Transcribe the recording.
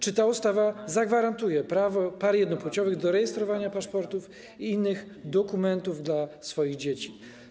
Czy ta ustawa zagwarantuje prawo par jednopłciowych do rejestrowania paszportów i innych dokumentów dla swoich dzieci?